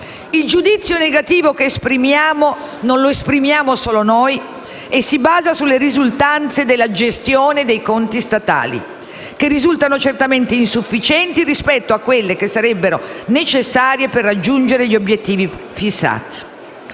Il giudizio negativo che esprimiamo - e non siamo solo noi a farlo - si basa sulle risultanze della gestione dei conti statali, che risultano certamente insufficienti rispetto a quelle necessarie a raggiungere gli obiettivi prefissati.